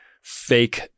fake